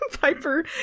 Piper